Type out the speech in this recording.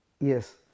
Yes